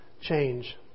change